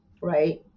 right